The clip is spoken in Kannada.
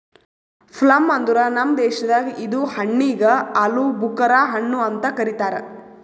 ಪ್ಲಮ್ ಅಂದುರ್ ನಮ್ ದೇಶದಾಗ್ ಇದು ಹಣ್ಣಿಗ್ ಆಲೂಬುಕರಾ ಹಣ್ಣು ಅಂತ್ ಕರಿತಾರ್